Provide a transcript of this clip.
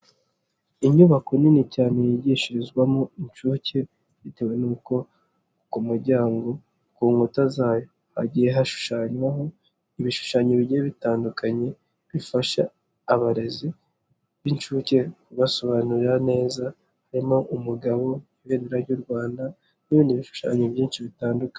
Inyubako nini cyane yigishirizwamo inshuke bitewe n'uko ku muryango ku nkuta hagiye hashushanywaho ibishushanyo bigiye bitandukanye bifasha abarezi b'inushuke kubasobanurira neza, harimo umugabo, ibendera ry'u Rwanda n'ibindi bishushanyo byinshi bitandukanye.